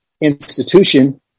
institution